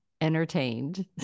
entertained